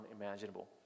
unimaginable